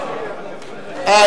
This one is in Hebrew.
אה,